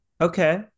Okay